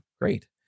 great